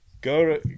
go